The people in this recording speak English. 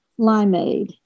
limeade